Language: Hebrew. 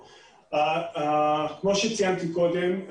כמו שציינתי קודם,